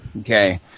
Okay